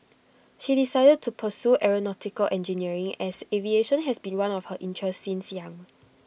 she decided to pursue aeronautical engineering as aviation has been one of her interests since young